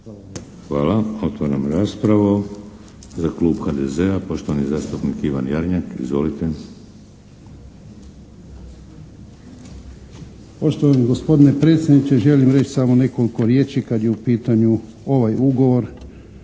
Hvala. Otvaram raspravu. Za klub HDZ-a poštovani zastupnik Ivan Jarnjak, izvolite.